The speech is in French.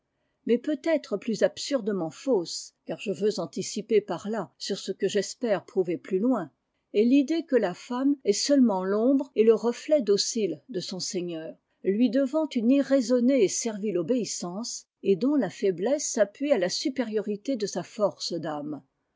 absurdement fausse car je veux anticiper s par là sur ce que j'espère prouver plus loin est ridée que la femme est seulement l'ombre et le reuet docile de son seigneur lui devant une irraisonnée et servile obéissance et dont la faiblesse s'appuie à la supériorité de sa force d'âme